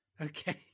Okay